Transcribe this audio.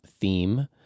theme